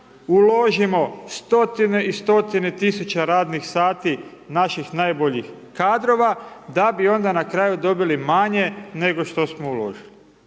uložimo stotine i stotine tisuća radnih sati naših najboljih kadrova, da bi onda na kraju dobili manje nego što smo uložili.